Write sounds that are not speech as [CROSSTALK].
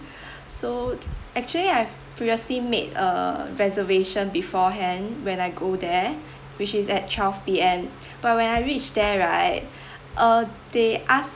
[BREATH] so actually I've previously made a reservation beforehand when I go there which is at twelve P_M but when I reach there right [BREATH] uh they ask